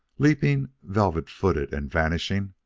leaping velvet-footed and vanishing,